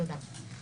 תודה.